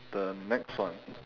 the next one